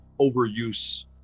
overuse